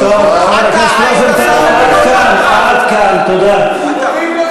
מה שקרה, אתה היית שר הבריאות.